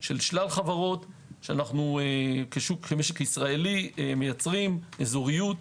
של שלל חברות שאנו כמשק ישראלי מייצרים אזוריות.